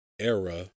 era